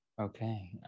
okay